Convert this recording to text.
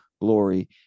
glory